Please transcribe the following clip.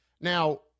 Now